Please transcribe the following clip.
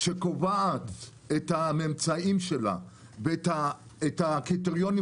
שקובעת את הממצאים שלה ואת הקריטריונים